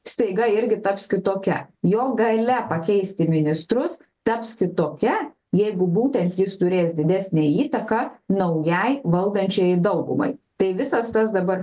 staiga irgi taps kitokia jo galia pakeisti ministrus taps kitokia jeigu būtent jis turės didesnę įtaką naujai valdančiajai daugumai tai visas tas dabar